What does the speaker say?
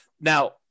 Now